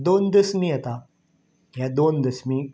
दोन दसमी येता ह्या दोन दसमीक